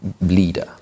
leader